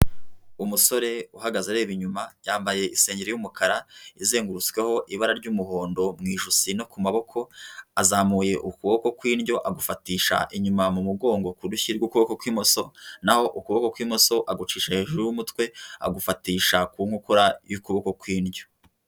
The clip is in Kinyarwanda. Umusore uhagaze areba inyuma yambaye isenge y'umukara izengurutsweho ibara ry'umuhondo mu ijosi no ku maboko, azamuye ukuboko kw'indyo agufatisha inyuma mu mugongo ku rushyi rw'ukuboko kw'imoso, naho ukuboko kw'imoso agucisha hejuru y'umutwe agufatisha ku nkokora y'ukuboko kw'indyo.